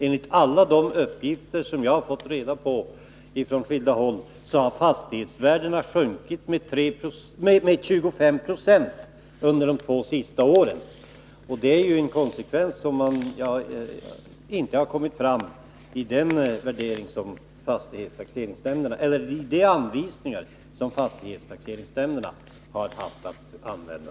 Enligt alla de uppgifter jag har fått från skilda håll har fastighetsvärdena under de två senaste åren sjunkit med 25 26. De är något man inte tagit hänsyn till i de anvisningar som fastighetstaxeringsnämnderna haft att följa.